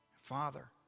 Father